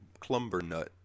Clumbernut